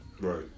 Right